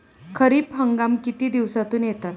खरीप हंगाम किती दिवसातून येतात?